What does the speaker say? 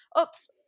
oops